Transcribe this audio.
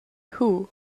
who